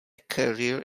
career